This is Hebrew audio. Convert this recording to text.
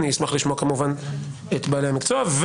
אני אשמח לשמוע את בעלי המקצוע.